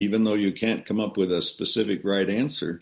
even though you can't come up with a specific right answer,